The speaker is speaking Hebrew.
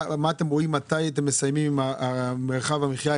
מתי אתם מסיימים עם מרחב המחיה,